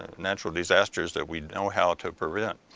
ah natural disasters, that we know how to prevent.